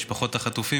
משפחות החטופים,